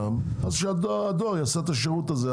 אז שהדואר יעשה את השירות הזה,